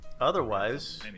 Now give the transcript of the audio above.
otherwise